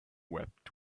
wept